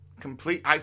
complete